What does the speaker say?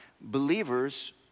Believers